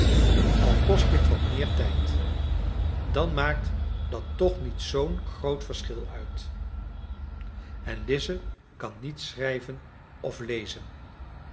al kost dit wat meer tijd dan maakt dat toch niet zoo'n groot verschil uit en lize kan niet schrijven of lezen